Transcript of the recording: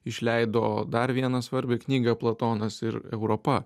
išleido dar vieną svarbią knygą platonas ir europa